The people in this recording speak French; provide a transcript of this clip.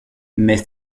mais